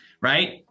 Right